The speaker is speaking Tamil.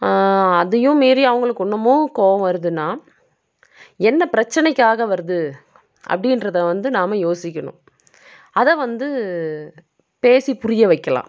அதையும் மீறி அவங்களுக்கு இன்னுமும் கோவம் வருதுன்னா என்ன பிரச்சனைக்காக வருது அப்படின்றத வந்து நாம் யோசிக்கிணும் அதை வந்து பேசி புரிய வைக்கிலாம்